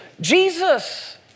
Jesus